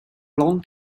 long